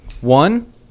One